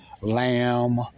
lamb